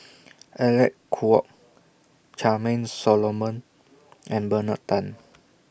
Alec Kuok Charmaine Solomon and Bernard Tan